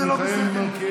זה לא בסדר.